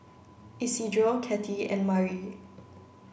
Isidro Cathey and Mari